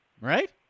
right